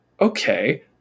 Okay